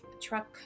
truck